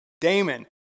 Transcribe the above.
Damon